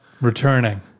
Returning